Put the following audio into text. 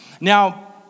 Now